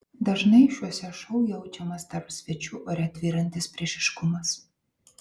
dažnai šiuose šou jaučiamas tarp svečių ore tvyrantis priešiškumas